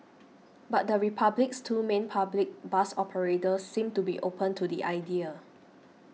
but the Republic's two main public bus operators seem to be open to the idea